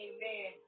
Amen